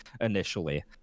initially